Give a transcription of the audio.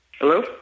Hello